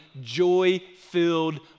joy-filled